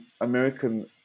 American